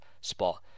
spot